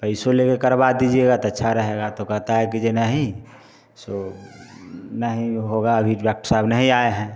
पैसे लेके करवा दीजिएगा तो अच्छा रहगा तो कहता है कि जे नहीं सो नहीं होगा अभी डाक्टर साहब नहीं आए हैं